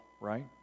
right